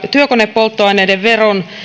ja työkonepolttoaineiden veron